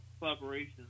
collaboration